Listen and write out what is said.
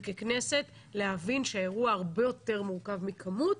וככנסת להבין שהאירוע הרבה יותר מורכב מכמות,